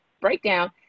breakdown